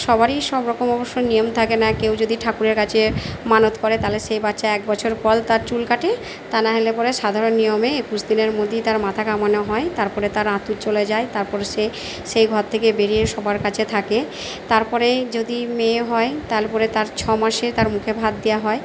সবারই সবরকম অবশ্য নিয়ম থাকে না কেউ যদি ঠাকুরের কাছে মানত করে তাহলে সেই বাচ্ছা একবছর পর তার চুল কাটে তা নাহলে পরে সাধারণ নিয়মে একুশ দিনের মধ্যেই তার মাথা কামানো হয় তারপরে তার আঁতুড় চলে যায় তারপর সে সেই ঘর থেকে বেরিয়ে সবার কাছে থাকে তারপরে যদি মেয়ে হয় তারপরে তার ছ মাসে তার মুখেভাত দেওয়া হয়